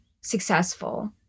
successful